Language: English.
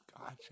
Gotcha